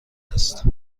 است